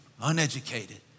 uneducated